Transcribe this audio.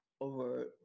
over